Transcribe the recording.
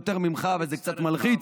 לו כוח השפעה יותר ממך וזה קצת מלחיץ.